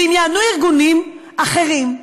ואם יענו ארגונים אחרים,